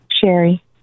Sherry